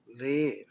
live